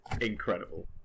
incredible